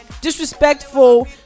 disrespectful